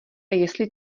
jestli